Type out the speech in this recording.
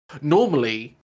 normally